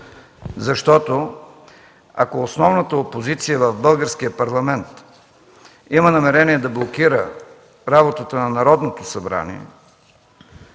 защото ако основната опозиция в Българския парламент има намерение да блокира работата на Народното събрание